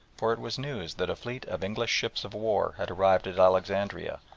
for it was news that a fleet of english ships of war had arrived at alexandria,